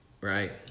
right